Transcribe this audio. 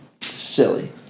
Silly